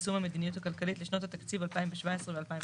הכלכלית לשנות התקציב (2017 ו-2018)